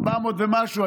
400 ומשהו,